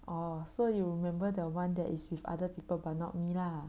oh so you remember the one that is with other people but not me lah